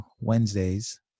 Wednesdays